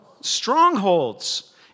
strongholds